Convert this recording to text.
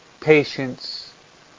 patience